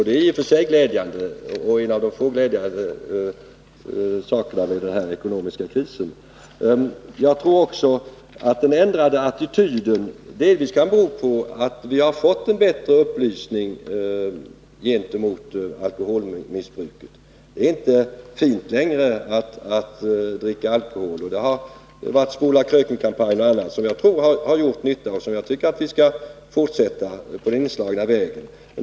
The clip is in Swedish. Det är i och för sig glädjande, och en av de få glädjande sakerna i den här ekonomiska krisen. Jag tror också att den ändrade attityden delvis kan bero på att vi har en bättre upplysning rörande alkoholmissbruket. Det är inte längre fint att dricka alkohol, och det har varit Spola-kröken-kampanjen och annat. Jag tror att det har gjort nytta, och jag anser att vi skall fortsätta på den inslagna vägen.